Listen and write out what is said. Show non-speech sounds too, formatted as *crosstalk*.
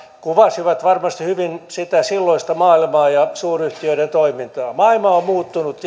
kuvasivat varmasti hyvin sitä silloista maailmaa ja suuryhtiöiden toimintaa maailma on muuttunut *unintelligible*